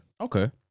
Okay